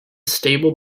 stable